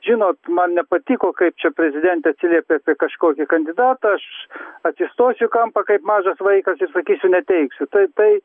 žinot man nepatiko kaip čia prezidentė atsiliepė apie kažkokį kandidatą aš atsistosiu į kampą kaip mažas vaikas ir sakysiu neteiksiu tai tai